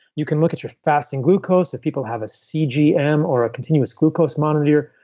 you can look at your fasting glucose. if people have a cgm or a continuous glucose monitor.